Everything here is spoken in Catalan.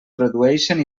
produeixen